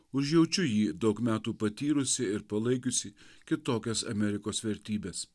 užjaučiu jį daug metų patyrusį ir palaikiusį kitokias amerikos vertybes